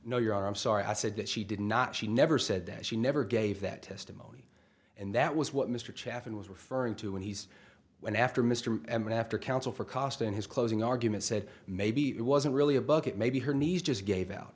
know you are i'm sorry i said that she did not she never said that she never gave that testimony and that was what mr chaffin was referring to when he's went after mr m after counsel for cost in his closing argument said maybe it wasn't really a bucket maybe her knees just gave out